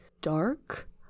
dark